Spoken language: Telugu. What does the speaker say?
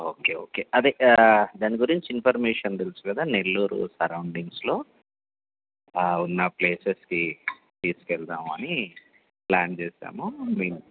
ఓకే ఓకే అదే దాని గురించి ఇన్ఫర్మేషన్ తెలుసు కదా నెల్లూరు సరౌండింగ్స్లో ఉన్న ప్లేసెస్కి తీసుకెళ్దామని ప్లాన్ చేసాము మీ